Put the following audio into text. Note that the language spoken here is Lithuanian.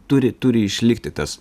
turi turi išlikti tas